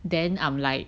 then I'm like